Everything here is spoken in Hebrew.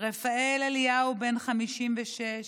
רפאל אליהו, בן 56,